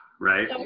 Right